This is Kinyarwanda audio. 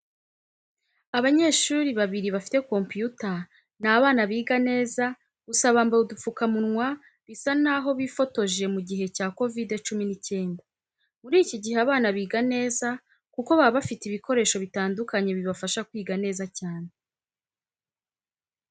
Abanyeshuri babiri bafite kompiyuta, ni abana biga neza gusa bambaye udupfukamunwa bisa naho bifotoje mu gihe cya kovide cumi n'icyenda. Muri iki gihe abana biga neza kuko baba bafite ibikoresho bitandukanye bibafasha kwiga neza cyane.